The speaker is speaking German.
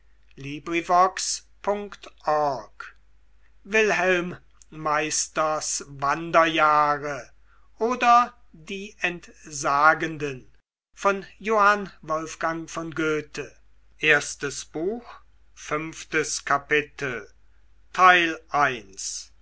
wilhelm meisters wanderjahre oder die entsagenden